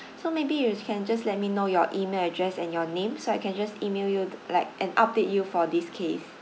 so maybe you can just let me know your email address and your name so I can just email you like and update you for this case